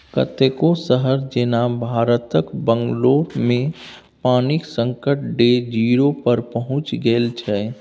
कतेको शहर जेना भारतक बंगलौरमे पानिक संकट डे जीरो पर पहुँचि गेल छै